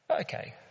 Okay